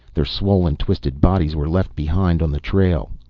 their swollen, twisted bodies were left behind on the trail.